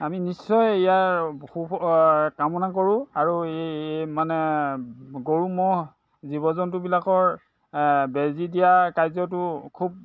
আমি নিশ্চয় ইয়াৰ সু কামনা কৰোঁ আৰু এই মানে গৰু ম'হ জীৱ জন্তুবিলাকৰ বেজী দিয়াৰ কাৰ্যটো খুব